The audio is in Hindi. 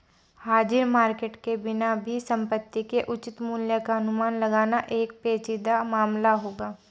हाजिर मार्केट के बिना भी संपत्ति के उचित मूल्य का अनुमान लगाना एक पेचीदा मामला होगा